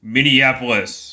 Minneapolis